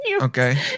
Okay